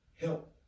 help